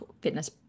fitness